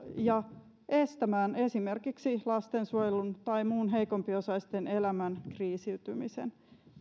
ja estämään esimerkiksi lastensuojelun tai muiden heikompiosaisten elämän kriisiytymisen